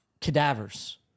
cadavers